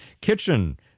kitchen